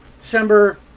December